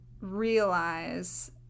realize